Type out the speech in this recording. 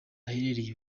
baherereye